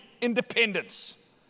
independence